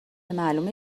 معلومه